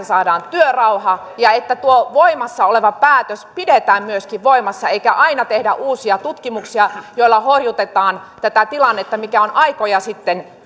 saadaan työrauha ja niin että tuo voimassa oleva päätös pidetään myöskin voimassa eikä aina tehdä uusia tutkimuksia joilla horjutetaan tätä tilannetta mikä on aikoja sitten